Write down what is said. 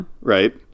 right